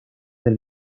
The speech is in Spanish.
del